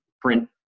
print